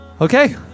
Okay